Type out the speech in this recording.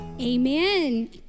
Amen